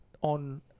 On